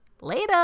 later